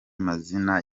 mazina